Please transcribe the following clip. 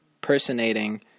personating